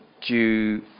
due